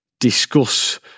Discuss